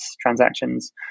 transactions